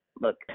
look